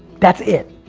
that's it.